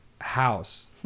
house